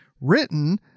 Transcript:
written